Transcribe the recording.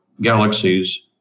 galaxies